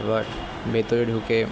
এবার ভেতরে ঢুকে